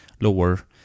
lower